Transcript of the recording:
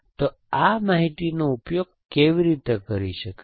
તો આ માહિતીનો ઉપયોગ કેવી રીતે કરી શકાય